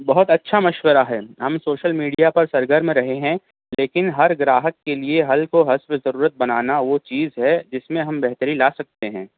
بہت اچھا مشورہ ہے ہم سوشل میڈیا پر سرگرم رہے ہیں لیکن ہر گراہک کے لئے حل کو حسب ضرورت بنانا وہ چیز ہے جس میں ہم بہتری لا سکتے ہیں